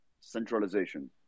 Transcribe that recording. centralization